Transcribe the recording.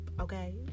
Okay